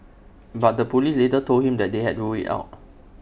but the Police later told him they had ruled IT out